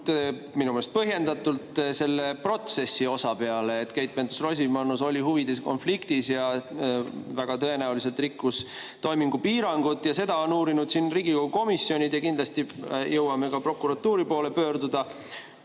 minu meelest põhjendatult – selle protsessi osa peale, et Keit Pentus-Rosimannus oli huvide konfliktis ja väga tõenäoliselt rikkus toimingupiirangut. Seda on uurinud siin Riigikogu komisjonid ja kindlasti jõuame ka prokuratuuri poole pöörduda.